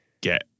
get